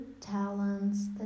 talents